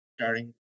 Starting